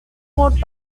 award